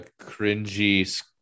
cringy